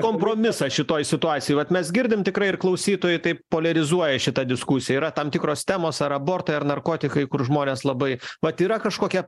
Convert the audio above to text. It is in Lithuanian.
kompromisas šitoj situacijoj vat mes girdim tikrai ir klausytojai taip poliarizuoja šitą diskusiją yra tam tikros temos ar abortai ar narkotikai kur žmonės labai vat yra kažkokia